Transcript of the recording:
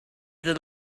this